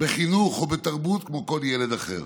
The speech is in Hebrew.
בחינוך ובתרבות כמו כל ילד אחר.